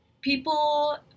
people